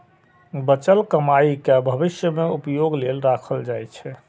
बचल कमाइ कें भविष्य मे उपयोग लेल राखल जाइ छै